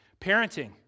Parenting